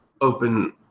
open